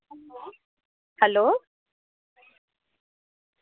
hello